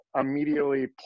immediately